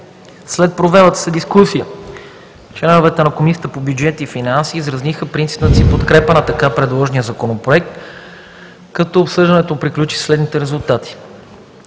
След провелата се дискусия членовете на Комисията по бюджет и финанси изразиха принципната си подкрепа за така предложения законопроект, като обсъждането му приключи със следните резултати: